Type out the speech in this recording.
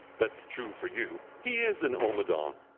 that's true for you. he is an omadawn.